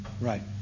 Right